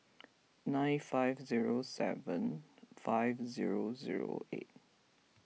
nine five zero seven five zero zero eight